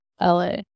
LA